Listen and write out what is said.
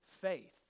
faith